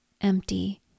empty